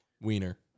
wiener